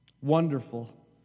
Wonderful